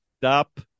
Stop